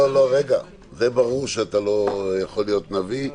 זה ברור שאתה לא יכול להיות נביא.